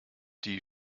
die